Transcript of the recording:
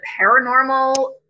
paranormal